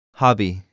hobby